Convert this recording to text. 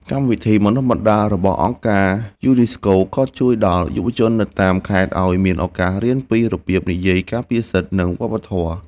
កម្មវិធីបណ្ដុះបណ្ដាលរបស់អង្គការយូនីស្កូ ក៏ជួយដល់យុវជននៅតាមខេត្តឱ្យមានឱកាសរៀនពីរបៀបនិយាយការពារសិទ្ធិ និងវប្បធម៌។